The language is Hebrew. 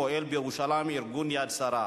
פועל בירושלים ארגון "יד שרה",